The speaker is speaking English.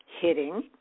hitting